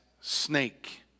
snake